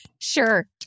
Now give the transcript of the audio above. Sure